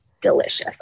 delicious